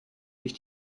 sich